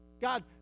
God